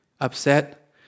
upset